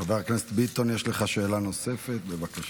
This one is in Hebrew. חבר הכנסת ביטון, יש לך שאלה נוספת, בבקשה.